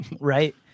right